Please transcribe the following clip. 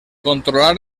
controlar